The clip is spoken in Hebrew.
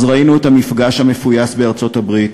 אז ראינו את המפגש המפויס בארצות-הברית,